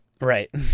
Right